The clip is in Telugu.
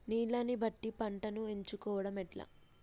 నీళ్లని బట్టి పంటను ఎంచుకోవడం ఎట్లా?